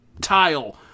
tile